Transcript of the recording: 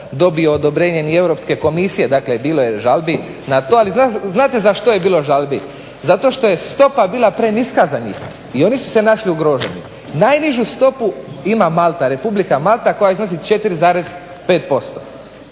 dobio odobrenje ni Europske komisije. Dakle, bilo je žalbi na to, ali znate za što je bilo žalbi. Zato što je stopa bila preniska za njih i oni su se našli ugroženi. Najnižu stopu ima Malta, Republika Malta koja iznosi 4,5%